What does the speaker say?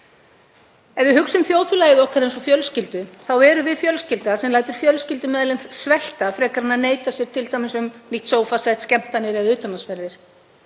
Ef við hugsum þjóðfélagið okkar eins og fjölskyldu, þá erum við fjölskylda sem lætur fjölskyldumeðlim svelta frekar en að neita sér um t.d. nýtt sófasett, skemmtanir eða utanlandsferðir.